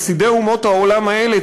חסידי אומות העולם האלה,